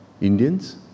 Indians